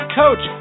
coach